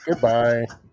Goodbye